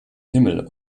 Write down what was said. himmel